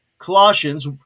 Colossians